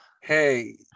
hey